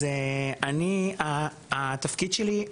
אז אני, התפקיד שלי,